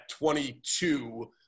22